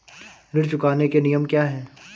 ऋण चुकाने के नियम क्या हैं?